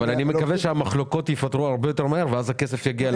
אבל אני מקווה שהמחלוקות ייפתרו הרבה יותר מהר ואז הכסף יגיע לקרן.